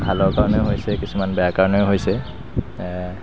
ভালৰ কাৰণে হৈছে কিছুমান বেয়াৰ কাৰণেও হৈছে